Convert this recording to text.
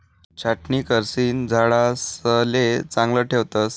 छाटणी करिसन झाडेसले चांगलं ठेवतस